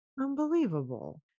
unbelievable